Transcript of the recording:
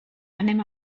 anem